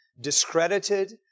discredited